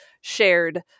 shared